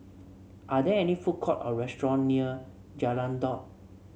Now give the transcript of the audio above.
are there any food courts or restaurants near Jalan Daud